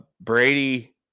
Brady